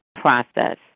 process